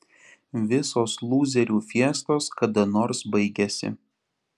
visos lūzerių fiestos kada nors baigiasi